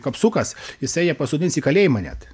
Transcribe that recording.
kapsukas jisai ją pasodins į kalėjimą net